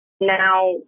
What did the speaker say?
now